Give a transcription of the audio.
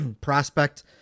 prospect